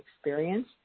experience